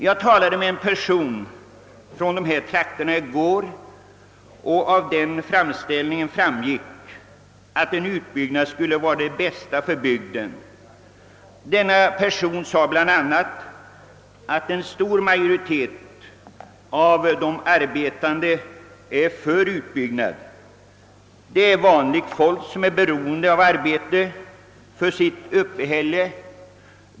Jag talade i går med en person från berörda trakter, och av hans framställning framgick att en utbyggnad skulle vara det bästa för bygden. Vederbörande sade bl.a. att en stor majoritet av arbetarna förordar en utbyggnad. Det är vanligt folk som är beroende av arbete för sitt uppehälle.